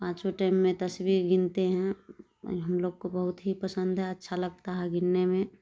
پانچوں ٹیم میں تسبیح گنتے ہیں اور ہم لوگ کو بہت ہی پسند ہے اچھا لگتا ہے گننے میں